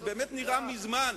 זה באמת נראה מזמן,